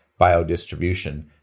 biodistribution